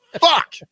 fuck